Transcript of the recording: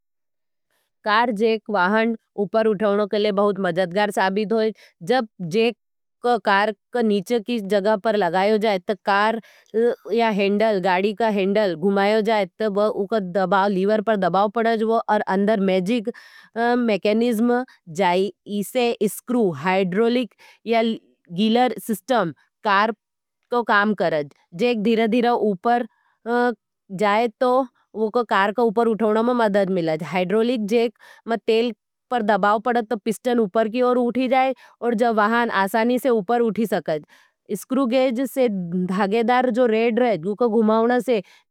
Car jack वाहन उपर उठवने के लिए बहुत मजदगार साबीद होई। जब जेक जेको कार का नीचे की जगह पर लगायो जायज। तो कार या हेंडल, गाड़ी का हेंडल घुमायो जायत, तो उको डबाव, लीवर पर डबाव पड़ाज़ वो, और अंदर मैजिक मेकनिजम जाई। इसे स्क्रू, हाइड्रोलिक या गीलर सिस्टम कार को काम करज। जेक धीरा-धीरा उपर जाए तो उको कार का उपर उठवने में मदद मिलाज़। हाइड्रोलिक जेक मैं तेल पर डबाव पड़ाज़ तो पिस्टन उपर की ओर उठी जाए, और जब वहाँ आसानी से उपर उठी सकते हैं। स्क्रू गेज से धागेदार जो रेड रहे हैं, उको घुमावना से।